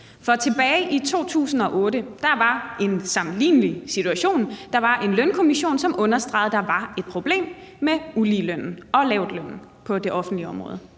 om. Tilbage i 2008 var der en sammenlignelig situation. Der var en lønkommission, som understregede, at der var et problem med uligelønnen og lavtlønnen på det offentlige område.